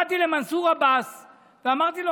באתי למנסור עבאס ואמרתי לו,